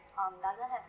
um doesn't has